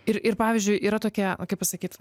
ir ir pavyzdžiui yra tokia kaip pasakyt